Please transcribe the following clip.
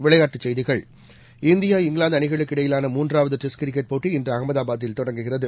விளையாட்டுச் செய்திகள் இந்தியா இங்கிலாந்து அணிகளுக்கிடையிலான மூன்றாவது டெஸ்ட் கிரிக்கெட் போட்டி இன்று அகமதாபாத்தில் தொடங்குகிறது